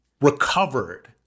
recovered